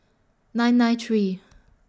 nine nine three